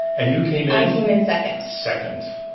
and you came in? i came in second. second.